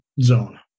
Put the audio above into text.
zone